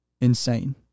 insane